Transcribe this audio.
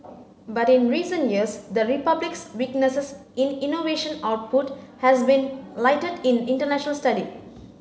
but in recent years the Republic's weaknesses in innovation output has been lighted in international study